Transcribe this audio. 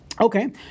Okay